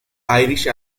irish